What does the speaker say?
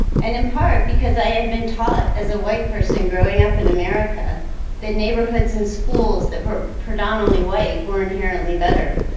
and in part, because i have been taught as a white person growing up in america that neighborhoods and schools that were predominantly white were inherently better.